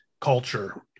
culture